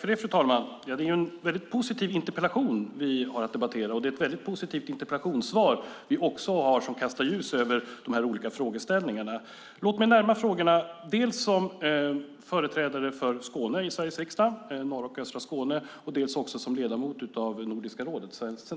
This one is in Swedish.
Fru talman! Det är en väldigt positiv interpellation vi har att debattera, och det är ett väldigt positivt interpellationssvar som vi har som kastar ljus över de olika frågeställningarna. Låt mig närma mig frågorna som företrädare för norra och östra Skåne i Sveriges riksdag och också som ledamot av